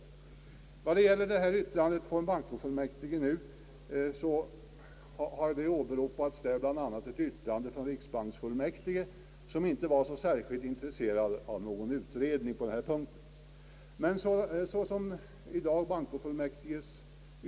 I bankoutskottets utlåtande har bl.a. åberopats ett yttrande från riksbanksfullmäktige, som inte varit så särskilt intresserade av någon utredning på denna punkt.